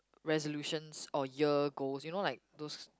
resolutions or year goals you know like those